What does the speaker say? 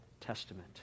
Testament